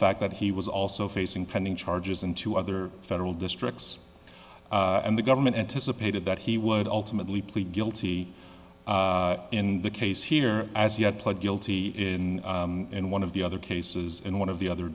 fact that he was also facing pending charges in two other federal districts and the government anticipated that he would ultimately plead guilty in the case here as he had pled guilty in in one of the other cases in one of the other